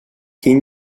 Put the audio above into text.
quin